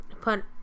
put